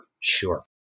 Sure